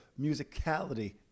musicality